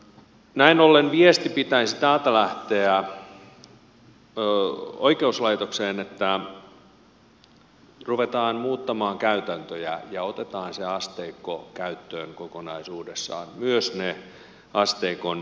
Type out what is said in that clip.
näin ollen täältä pitäisi lähteä oikeuslaitokseen sellainen viesti että ruvetaan muuttamaan käytäntöjä ja otetaan se asteikko käyttöön kokonaisuudessaan myös ne asteikon yläpään tuomiot